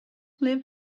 live